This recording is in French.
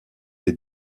des